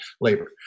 labor